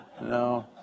No